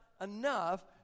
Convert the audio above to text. enough